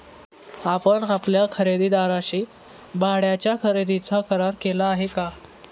आपण आपल्या खरेदीदाराशी भाड्याच्या खरेदीचा करार केला आहे का?